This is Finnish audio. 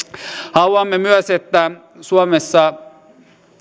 haluamme myös että suomessa